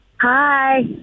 Hi